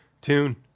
tune